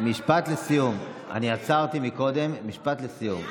משפט לסיום, אני עצרתי קודם, משפט לסיום,